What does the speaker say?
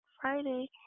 friday